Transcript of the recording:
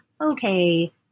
okay